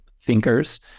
thinkers